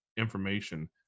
information